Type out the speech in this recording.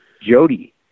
Jody